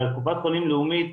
אבל קופת חולים לאומית,